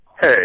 Hey